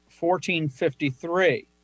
1453